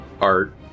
Art